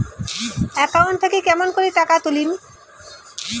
Account থাকি কেমন করি টাকা তুলিম?